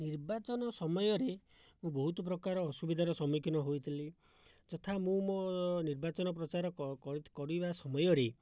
ନିର୍ବାଚନ ସମୟରେ ମୁଁ ବହୁତ ପ୍ରକାର ଅସୁବିଧାର ସମ୍ମୁଖୀନ ହୋଇଥିଲି ଯଥା ମୁଁ ମୋ' ନିର୍ବାଚନ ପ୍ରଚାର କରିବା ସମୟରେ